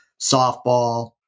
softball